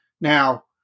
Now